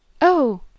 Oh